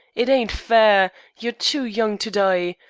it ain't fair. you're too young to die.